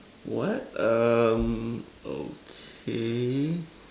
what um okay